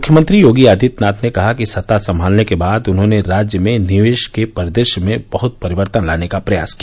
मुख्यमंत्री योगी आदित्यनाथ ने कहा कि सत्ता संभालने के बाद उन्होंने राज्य में निवेश के परिदृश्य में बहत परिवर्तन लाने का प्रयास किया